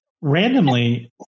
Randomly